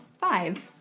Five